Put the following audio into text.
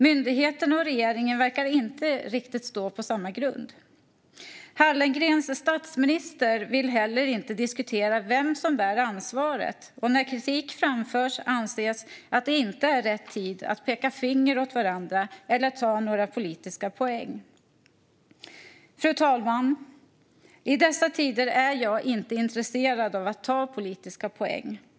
Myndigheterna och regeringen verkar inte riktigt stå på samma grund. Hallengrens statsminister vill heller inte diskutera vem som bär ansvaret, och när kritik framförs anses att det inte är rätt tid att peka finger åt varandra eller ta några politiska poäng. Fru talman! I dessa tider är jag inte intresserad av att ta politiska poäng.